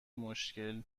مشکل